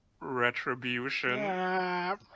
retribution